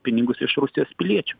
pinigus iš rusijos piliečių